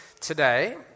today